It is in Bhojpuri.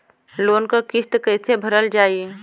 लोन क किस्त कैसे भरल जाए?